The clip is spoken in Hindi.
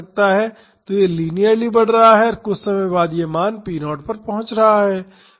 तो यह लीनियरली बढ़ रहा है और कुछ समय बाद यह मान p0 पर पहुंच रहा है